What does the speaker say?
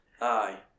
Aye